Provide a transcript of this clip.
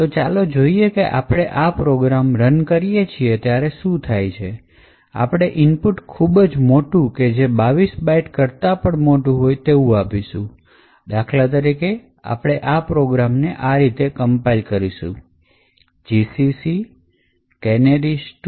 તો ચાલો જોઈએ કે આપણે આ પ્રોગ્રામ રન કરીએ ત્યારે શું થાય છે આપણે ઇનપુટ ખૂબ જ મોટું કે જે 22 બાઈટ કરતાં પણ મોટું હોય તેવું આપીશું દાખલા તરીકે આપણે આ પ્રોગ્રામને compile કરીશું gcc canaries2